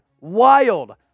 wild